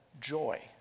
joy